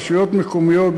רשויות מקומיות,